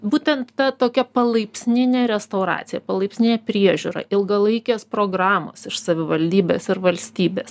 būtent ta tokia palaipsninė restauracija palaipsninė priežiūra ilgalaikės programos iš savivaldybės ir valstybės